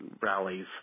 rallies